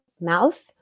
mouth